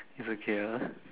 it's okay ah